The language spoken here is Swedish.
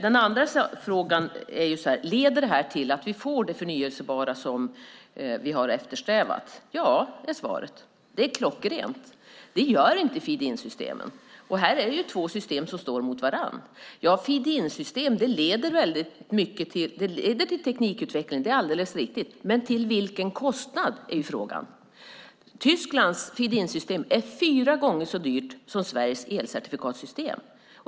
Den andra frågan är: Leder detta till att vi får det förnybara som vi har eftersträvat? Ja, är svaret. Det är klockrent. Det gör inte feed-in-systemet. Här är det två system som står mot varandra. Det är alldeles riktigt att ett feed-in-system leder till teknikutveckling. Men frågan är till vilken kostnad. Tysklands feed-in-system är fyra gånger så dyrt som Sveriges elcertifikatssystem.